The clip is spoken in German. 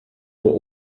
nur